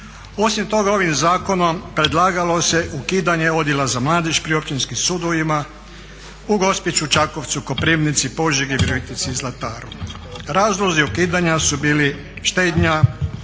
Osim toga ovim zakonom predlagalo se ukidanje Odjela za mladež pri općinskim sudovima Gospiću, Čakovcu, Koprivnici, Požegi, Virovitici i Zlataru. Razlozi ukidanja su bili štednja,